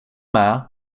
med